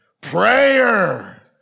Prayer